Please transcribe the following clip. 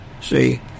see